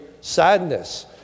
sadness